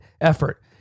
effort